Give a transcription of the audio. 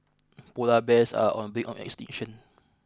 polar bears are on brink of extinction